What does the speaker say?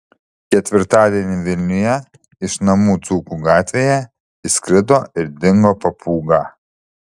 ketvirtadienį vilniuje iš namų dzūkų gatvėje išskrido ir dingo papūga